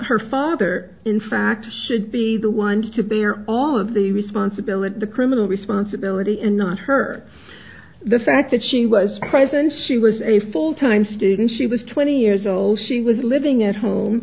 her father in fact should be the ones to bear all of the responsibility the criminal responsibility and not her the fact that she was present she was a full time student she was twenty years old she was living at home